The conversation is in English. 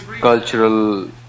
cultural